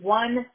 one